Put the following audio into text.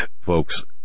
folks